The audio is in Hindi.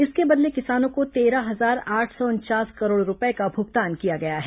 इसके बदले किसानों को तेरह हजार आठ सौ उनचास करोड़ रूपये का भुगतान किया गया है